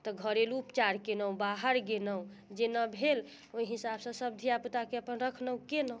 तऽ घरेलू उपचार कयलहुँ बाहर गेलहुँ जेना भेल ओहि हिसाबसँ सब धिआ पूताके अपन रखलहुँ कयलहुँ